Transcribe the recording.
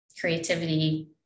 creativity